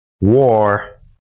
war